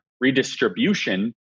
redistribution